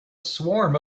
swarm